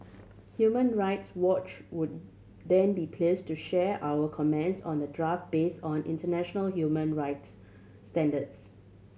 Human Rights Watch would then be please to share our comments on the draft base on international human rights standards